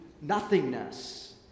nothingness